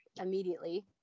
immediately